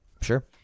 Sure